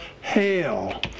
hell